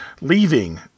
leaving